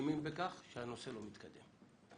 שאשמים בכך שהנושא לא מתקדם.